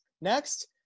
Next